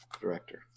director